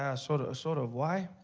ah sort sort of, why?